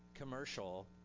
commercial